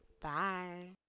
Bye